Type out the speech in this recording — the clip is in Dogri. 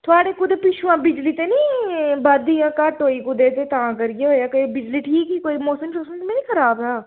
थुआढ़ी कुतै पिच्छुआं बिजली ते नेईं बद्ध जां घट्ट होई कुतै ते तां करियै होएआ ते बिजली ठीक ही कोई मौसम मुसम निं खराब हा